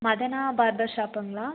மதனா barber ஷாப்புங்ளா